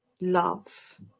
love